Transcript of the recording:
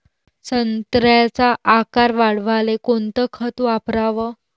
संत्र्याचा आकार वाढवाले कोणतं खत वापराव?